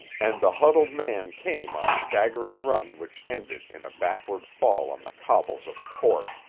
and the huddled man came on a staggering run which ended in a backward fall on the cobbles of the court.